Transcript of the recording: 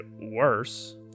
worse